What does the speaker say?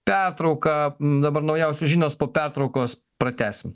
pertrauka dabar naujausios žinios po pertraukos pratęsim